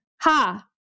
Ha